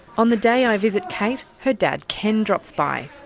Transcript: on the day i visit kate, her dad ken drops by.